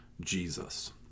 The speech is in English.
Jesus